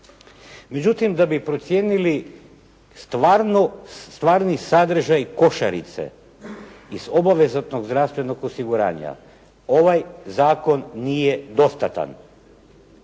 Međutim da bi procijenili stvarni sadržaj košarice iz obvezatnog zdravstvenog osiguranja, ovaj zakon nije dostatan.